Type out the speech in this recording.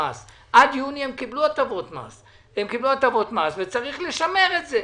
הם קיבלו הטבות מס עד יוני, וצריך לשמר את זה.